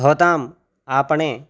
भवताम् आपणे